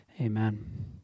Amen